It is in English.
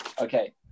Okay